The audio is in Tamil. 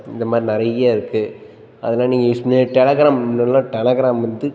இந்த மாதிரி நிறைய இருக்குது அதெல்லாம் நீங்கள் யூஸ் பண்ணி டெலகிராம் முன்னெல்லாம் டெலகிராம் வந்து